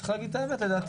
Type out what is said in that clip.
צריכה להגיד את האמת לדעתי,